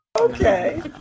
okay